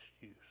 use